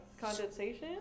condensation